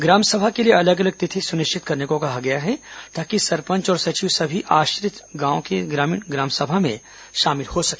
ग्रामसभा के लिए अलग अलग तिथि सुनिश्चित करने को कहा गया है ताकि सरपंच और सचिव सभी आश्रित गांवों के ग्रामीण ग्रामसभा में शामिल हो सके